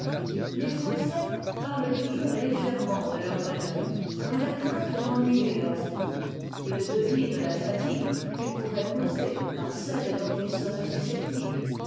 les français parlent toujours légèrement de leurs malheurs dans la crainte d'ennuyer leurs amis ils devinent la fatigue qu'ils pourraient causer par cette dont ils seraient susceptibles